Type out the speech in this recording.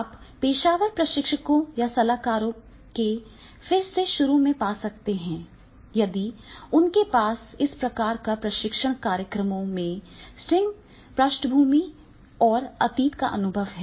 आप पेशेवर प्रशिक्षकों या सलाहकारों के फिर से शुरू में पा सकते हैं यदि उनके पास इस प्रकार के प्रशिक्षण कार्यक्रमों में स्ट्रिंग पृष्ठभूमि और अतीत का अनुभव है